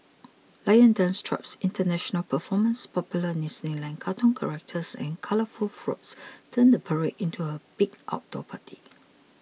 lion dance troupes international performers popular Disneyland cartoon characters and colourful floats turn the parade into a big outdoor party